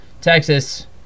Texas